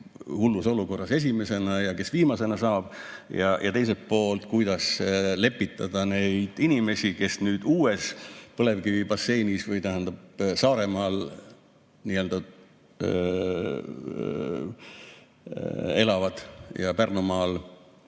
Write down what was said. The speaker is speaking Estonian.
hullus olukorras esimesena ja kes viimasena saab, ja teiselt poolt, kuidas lepitada neid inimesi, kes nüüd uues põlevkivibasseinis, või tähendab, Saaremaal ja Pärnumaal